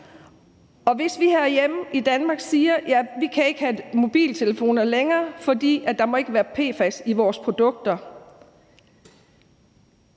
hvis vi herhjemme i Danmark siger, at vi ikke kan have mobiltelefoner længere, fordi der ikke må være PFAS i vores produkter,